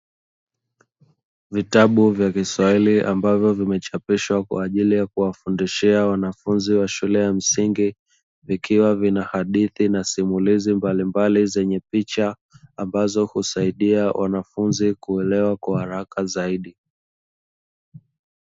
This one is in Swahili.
Vitabu vya viswahili ambavyo vimechapishwa kwa ajili ya kiwafundishia wanafunzi wa shule ya msingi, vikiwa vina hadithi na simulizi mbalimbali zenye picha, ambazo husaidia wanafunzi kuelewa kwa haraka zaidi.